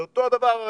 זה אותו הדבר,